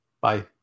Bye